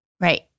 Right